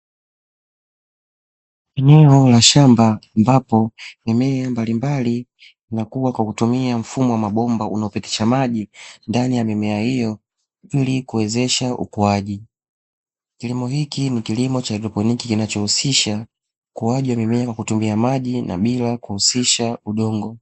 Eneo la shamba ambapo mimea mbalimbali na kuwa kwa kutumia mfumo wa mabomba unaopitisha maji ndani ya mimea hiyo ili kuwezesha ukuaji. Kilimo hiki ni kilimo cha haidroponiki kinachohusisha ukuwaji wa mimea kwa kutumia maji na bila kuhusisha udongo.